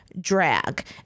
Drag